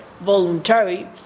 voluntary